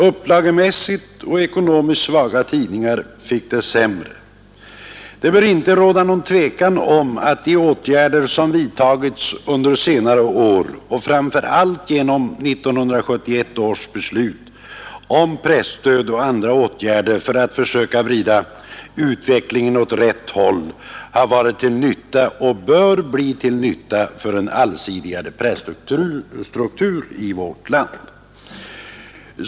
Upplagemässigt och ekonomiskt svaga tidningar fick det sämre. Det bör inte råda något tvivel om att de åtgärder som vidtagits under senare år — framför allt genom 1971 års beslut om presstöd — för att försöka vrida utvecklingen åt rätt håll har varit till nytta och bör bli till nytta för en allsidigare presstruktur i vårt land.